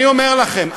אני אומר לכם,